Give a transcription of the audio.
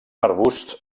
arbusts